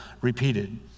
repeated